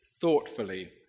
thoughtfully